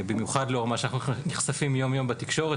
במיוחד לנוכח מה שאנחנו נחשפים בתקשורת